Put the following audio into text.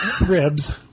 Ribs